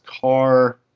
car